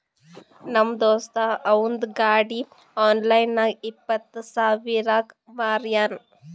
ನಮ್ ದೋಸ್ತ ಅವಂದ್ ಗಾಡಿ ಆನ್ಲೈನ್ ನಾಗ್ ಇಪ್ಪತ್ ಸಾವಿರಗ್ ಮಾರ್ಯಾನ್